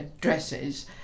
dresses